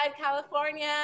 California